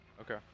Okay